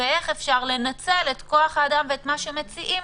ואיך אפשר לנצל את כוח האדם ואת מה שמציעים